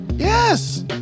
yes